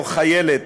או חיילת,